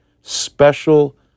special